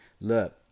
look